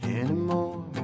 anymore